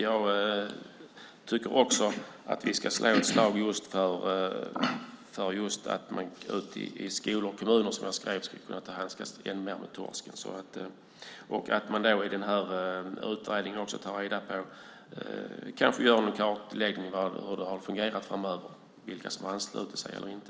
Jag tycker också att vi ska slå ett slag just för att man i skolor och kommuner, som jag skrev, ska få handskas ännu mer med torsken. Man kanske också ska göra en kartläggning av hur det här fungerar och vilka som har anslutit sig och inte.